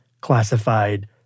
classified